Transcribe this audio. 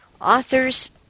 authors